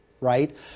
right